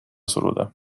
suruda